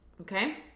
Okay